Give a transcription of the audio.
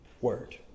word